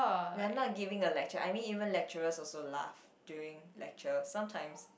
they are not giving a lecture I mean even lecturer also laugh during lecture sometimes